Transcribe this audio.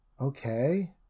okay